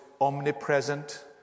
omnipresent